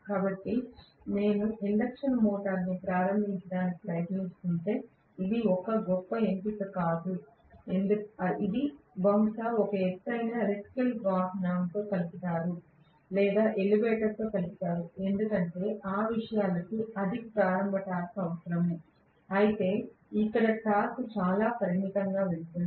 కాబట్టి నేను ఇండక్షన్ మోటారును ప్రారంభించడానికి ప్రయత్నిస్తుంటే అది ఒక గొప్ప ఎంపిక కాదు ఇది బహుశా ఒక ఎత్తైన ఎలక్ట్రిక్ వాహనంతో కలుపుతారు లేదా ఎలివేటర్తో కలుపుతారు ఎందుకంటే ఆ విషయాలకు అధిక ప్రారంభ టార్క్ అవసరం అయితే ఇక్కడ టార్క్ చాలా పరిమితంగా వెళుతుంది